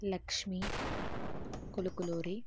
Lakshmi Kulukuluri